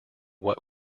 what